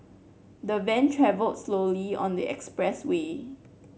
the van travelled slowly on the expressway